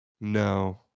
No